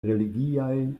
religiaj